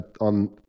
on